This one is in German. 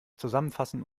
zusammenfassen